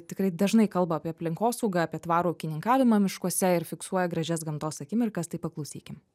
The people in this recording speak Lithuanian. tikrai dažnai kalba apie aplinkosaugą apie tvarų ūkininkavimą miškuose ir fiksuoja gražias gamtos akimirkas tai paklausykim